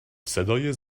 صدای